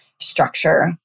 structure